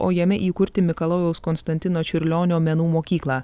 o jame įkurti mikalojaus konstantino čiurlionio menų mokyklą